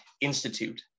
Institute